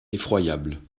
effroyable